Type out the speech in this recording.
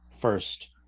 first